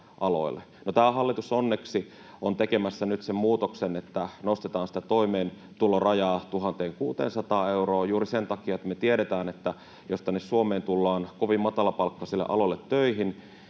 tämä hallitus onneksi on tekemässä nyt sen muutoksen, että nostetaan sitä toimeentulorajaa 1 600 euroon juuri sen takia, kun me tiedetään, että jos tänne Suomeen tullaan kovin matalapalkkaisille aloille töihin,